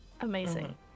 Amazing